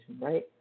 right